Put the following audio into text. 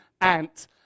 Ant